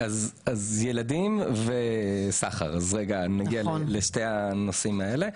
ילדים וסחר, נגיע לשני הנושאים האלה.